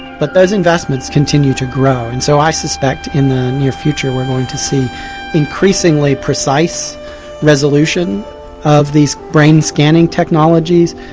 but those investments continue to grow, and so i suspect in the near future we are going to see increasingly precise resolution of these brain scanning technologies,